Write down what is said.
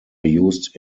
used